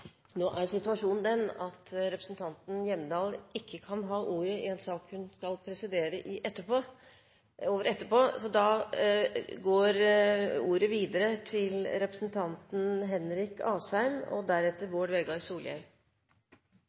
Nå er situasjonen den at representanten Line Henriette Hjemdal ikke kan ha ordet under en sak der hun skal presidere etterpå. Derfor går ordet videre til Henrik Asheim. De siste årene har det vært et viktig og